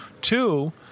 Two